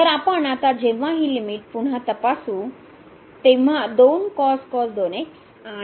तर आपण आता जेव्हा ही लिमिट पुन्हा तपासू तेव्हा आणि x 0 पर्यंत जाईल